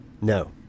No